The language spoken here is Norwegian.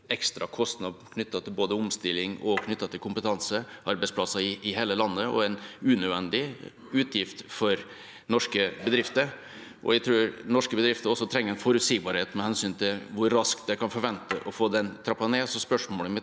ekstra kostnad knyttet både til omstilling og til kompetanse og arbeidsplasser i hele landet, og en unødvendig utgift for norske bedrifter. Jeg tror norske bedrifter også trenger forutsigbarhet med hensyn til hvor raskt de kan forvente å få den trappet ned. Så spørsmålet mitt